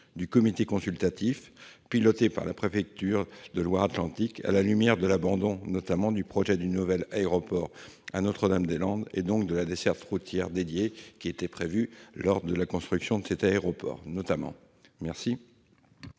du comité consultatif piloté par la préfecture de Loire-Atlantique, à la lumière de l'abandon, notamment, du projet de nouvel aéroport à Notre-Dame-des-Landes et donc de la desserte routière dédiée qui était prévue ? La parole est à Mme la ministre.